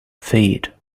feet